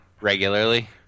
Regularly